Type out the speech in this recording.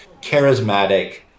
charismatic